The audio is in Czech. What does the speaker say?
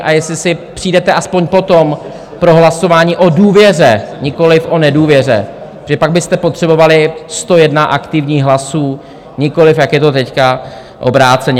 A jestli si přijdete aspoň potom pro hlasování o důvěře, nikoliv o nedůvěře, že pak byste potřebovali 101 aktivních hlasů, nikoliv jak je to teď obráceně.